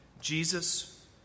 Jesus